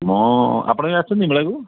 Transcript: ମୁଁ ଆପଣ ବି ଆସିଛନ୍ତି ମେଳାକୁ